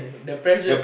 the pressure